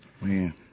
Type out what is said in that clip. Man